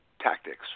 tactics